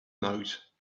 noise